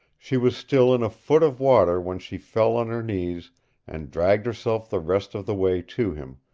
she was still in a foot of water when she fell on her knees and dragged herself the rest of the way to him,